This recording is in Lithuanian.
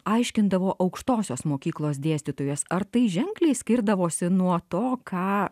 aiškindavo aukštosios mokyklos dėstytojas ar tai ženkliai skirdavosi nuo to ką